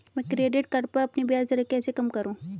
मैं credit card पर अपनी ब्याज दरें कैसे कम करूँ?